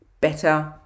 better